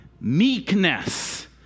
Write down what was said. meekness